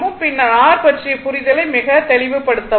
பின்னர் r பற்றிய புரிதலை மிகத் தெளிவு படுத்துவோம்